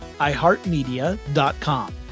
iheartmedia.com